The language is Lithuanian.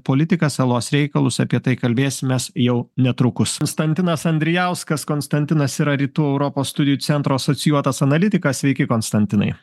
politiką salos reikalus apie tai kalbėsimės jau netrukus konstantinas andrijauskas konstantinas yra rytų europos studijų centro asocijuotas analitikas sveiki konstantinai